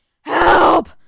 Help